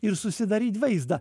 ir susidaryt vaizdą